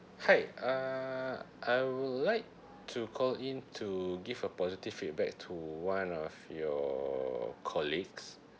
hi uh I would like to call in to give a positive feedback to one of your colleagues